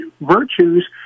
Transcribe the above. virtues